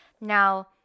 now